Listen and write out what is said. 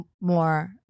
more